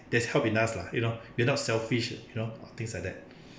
there's help enough lah you know you're not selfish you know things like that